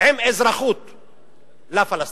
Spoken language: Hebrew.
עם אזרחות לפלסטינים.